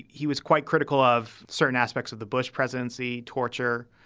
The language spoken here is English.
he was quite critical of certain aspects of the bush presidency torture.